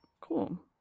Cool